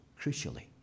crucially